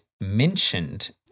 mentioned